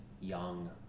young